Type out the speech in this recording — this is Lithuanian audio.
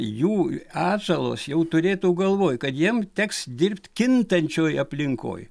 jų atžalos jau turėtų galvoj kad jiem teks dirbti kintančioj aplinkoj